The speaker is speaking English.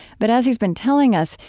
but as he's been telling us,